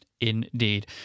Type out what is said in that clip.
indeed